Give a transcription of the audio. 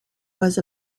was